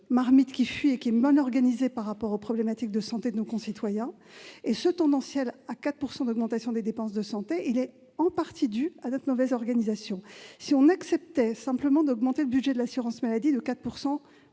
marmite qui fuit et qui est mal faite par rapport aux problématiques de santé de nos concitoyens. Cette augmentation tendancielle de 4 % de nos dépenses de santé est en partie due à notre mauvaise organisation. Si l'on acceptait simplement d'augmenter le budget de l'assurance maladie de 4